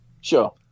Sure